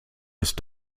ist